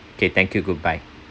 okay thank you good bye